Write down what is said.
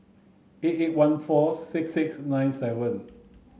eight eight one four six six nine seven